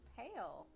pale